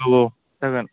औ औ जागोन